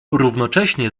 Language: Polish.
równocześnie